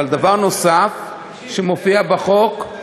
אבל דבר נוסף שמופיע בחוק: